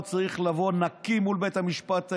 הוא צריך לבוא נקי מול בית המשפט העליון.